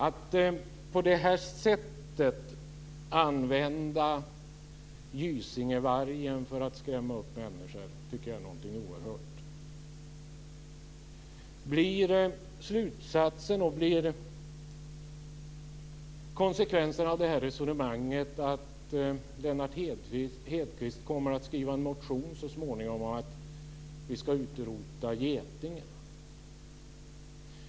Att på det här sättet använda Gysingevargen för att skrämma upp människor tycker jag är någonting oerhört. Blir konsekvensen av det här resonemanget att Lennart Hedquist så småningom kommer att skriva en motion om att vi ska utrota getingen?